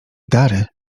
dary